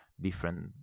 different